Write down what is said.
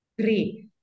Great